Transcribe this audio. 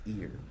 ear